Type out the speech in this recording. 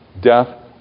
death